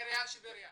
עירית טבריה.